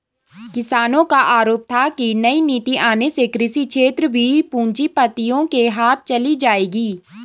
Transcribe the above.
किसानो का आरोप था की नई नीति आने से कृषि क्षेत्र भी पूँजीपतियो के हाथ चली जाएगी